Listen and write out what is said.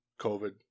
COVID